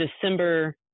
December